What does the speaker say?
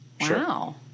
Wow